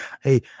hey